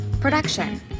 Production